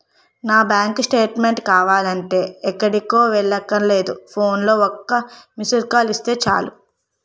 నా bank statement కావాలంటే ఎక్కడికో వెళ్ళక్కర్లేకుండా ఫోన్లో ఒక్క మిస్కాల్ ఇస్తే చాలు